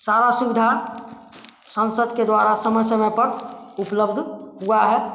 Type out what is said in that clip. सारा सुविधा सांसद के द्वारा समय समय पर उपलब्ध हुआ है